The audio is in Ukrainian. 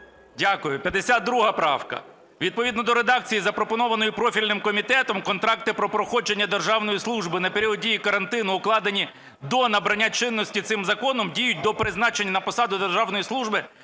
Дякую. 52 правка. Відповідно до редакції, запропонованої профільним комітетом, контракти про проходження державної служби на період дії карантину, укладені до набрання чинності цим законом, діють до призначення на посаду державної служби